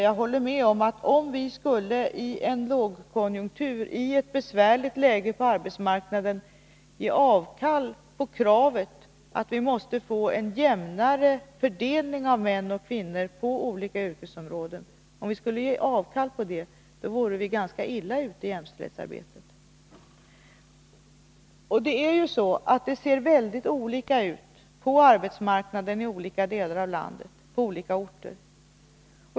Jag håller med om att om vi i en lågkonjunktur, i ett besvärligt läge på arbetsmarknaden, skulle ge avkall på kravet att det måste bli en jämnare fördelning av män och kvinnor på olika yrkesområden, så vore vi ganska illa ute i jämställdhetsarbetet. Det är ju så, att det ser mycket olika ut på arbetsmarknaden i olika delar av landet och på olika orter.